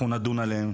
נדון בהם,